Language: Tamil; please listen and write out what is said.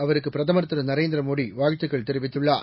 அவருக்கு பிரதமர் திரு நரேந்திர மோடி வாழ்த்துக்கள் தெரிவித்துள்ளார்